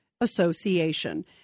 Association